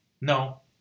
No